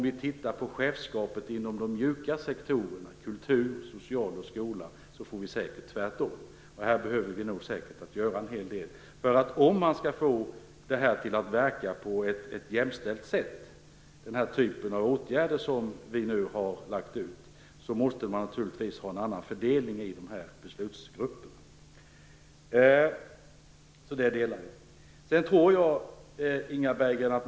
Ser man på chefskapet inom de mjuka sektorerna, kultur, social sektor och skola blir resultatet säkert det motsatta. Här behöver vi nog göra en hel del. Om man skall få den här typen av åtgärder att verka på ett jämställt sätt, måste man naturligtvis ha en annan fördelning i beslutsgrupperna. Den uppfattningen delar jag.